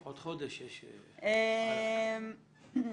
לכם אין את זה, חבר הכנסת גנאים.